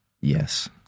Yes